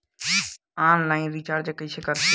Online recharge कइसे करथे?